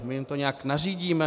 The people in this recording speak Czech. My jim to nějak nařídíme?